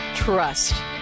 trust